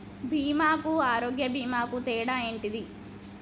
బీమా కు ఆరోగ్య బీమా కు తేడా ఏంటిది?